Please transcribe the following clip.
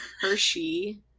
hershey